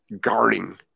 guarding